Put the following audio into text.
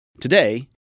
Today